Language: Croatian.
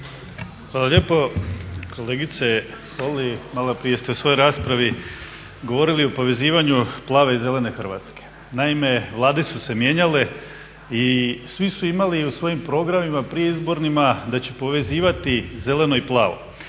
Hvala lijepo. Kolegice Holy, malo prije ste u svojoj raspravi govorili o povezivanju plave i zelene Hrvatske. Naime, Vlade su se mijenjale i svi su imali u svojim programima predizbornima da će povezivati zeleno i plavo.